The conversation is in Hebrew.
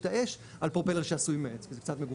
האש על פרופלר שעשוי מעץ כי זה קצת מגוחך.